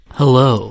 hello